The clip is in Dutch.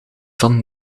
van